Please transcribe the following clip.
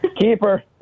Keeper